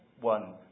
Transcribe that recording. one